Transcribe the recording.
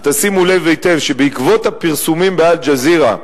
ותשימו לב היטב שבעקבות הפרסומים ב"אל-ג'זירה"